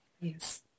Yes